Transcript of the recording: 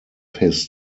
his